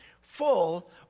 full